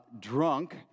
drunk